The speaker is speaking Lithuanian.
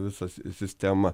visas sistemą